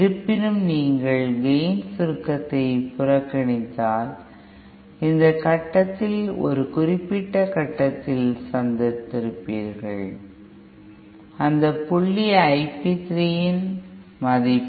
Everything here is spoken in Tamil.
இருப்பினும் நீங்கள் கேய்ன் சுருக்கத்தை புறக்கணித்தால் இந்த கட்டத்தில் ஒரு குறிப்பிட்ட கட்டத்தில் சந்தித்திருப்பீர்கள் அந்த புள்ளி Ip3 மதிப்பு